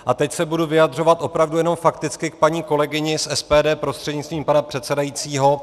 A teď se budu vyjadřovat opravdu jenom fakticky k paní kolegyni z SPD prostřednictvím pana předsedajícího.